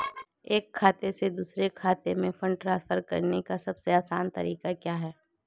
एक खाते से दूसरे खाते में फंड ट्रांसफर करने का सबसे आसान तरीका क्या है?